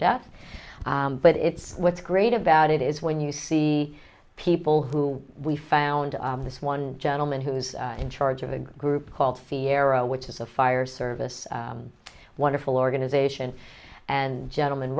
death but it's what's great about it is when you see people who we found this one gentleman who's in charge of a group called fi arrow which is a fire service wonderful organization and gentleman